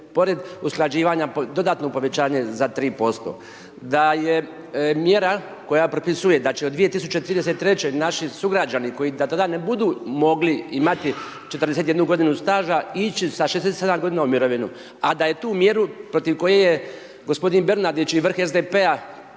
pored usklađivanja dodatno povećanje za 3%. Da je mjera koja propisuje od 2033. naši sugrađani koji do tada ne budu mogli imati 41 g. staža ići sa 67 g. u mirovinu, a da je tu mjeru, protiv koje je gospodin Bernardić i vrh SDP-a